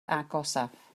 agosaf